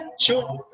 sure